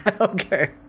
Okay